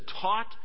taught